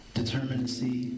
determinacy